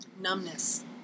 numbness